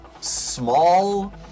small